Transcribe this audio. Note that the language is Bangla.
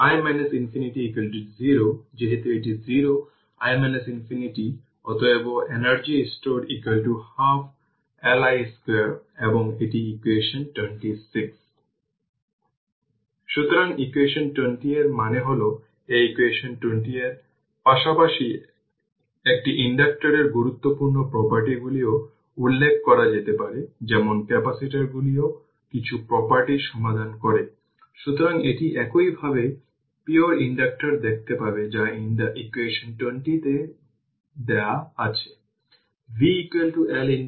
সুতরাং v1 t মানে C1 জুড়ে v2 t মানে C2 জুড়ে এবং এটি হল 250 কিলো Ω রেজিস্টর এবং ভোল্টেজ জুড়ে vt এবং এর মধ্য দিয়ে কারেন্ট প্রবাহিত হচ্ছে এবং সুইচটি এমন ছিল যে ক্যাপাসিটর চার্জ করা হয়েছিল সুইচটি খোলা ছিল এখন সুইচটি বন্ধ t 0